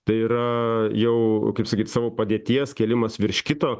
tai yra jau kaip sakyt savo padėties kėlimas virš kito